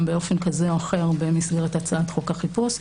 באופן כזה או אחר במסגרת הצעת חוק החיפוש.